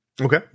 okay